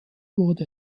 wurde